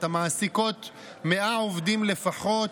בת ממשלתיות המעסיקות 100 עובדים לפחות,